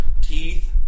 teeth